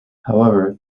however